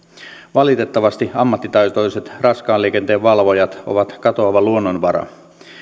valitettavasti ammattitaitoiset raskaan liikenteen valvojat ovat katoava luonnonvara